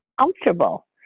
comfortable